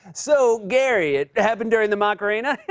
so, gary, it happened during the macarena?